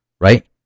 right